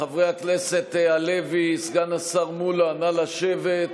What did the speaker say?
חבר הכנסת הלוי, סגן השר מולא, נא לשבת.